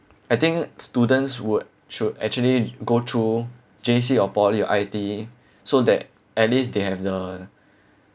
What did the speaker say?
I think students would should actually go through J_C or poly or I_T_E so that at least they have the